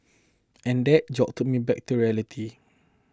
and that jolted me back to reality